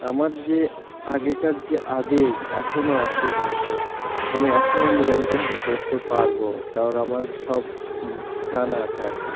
আমার যে আগেকার যে আবেগ এখনও আছে কিন্তু আমি এখনও নিয়মিতভাবে দৌড়োতে পারবো কারণ আমার সব জানা আছে আর কি